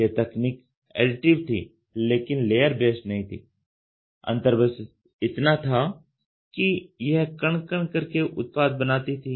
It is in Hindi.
यह तकनीक एडिटिव थी लेकिन लेयर बेस्ड नहीं थी अंतर बस इतना था कि यह कण कण करके उत्पाद बनाती थी